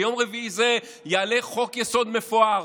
ביום רביעי הזה יעלה חוק-יסוד מפואר,